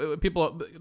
people